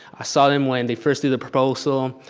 i saw them when they first did the proposal.